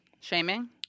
Shaming